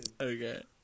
Okay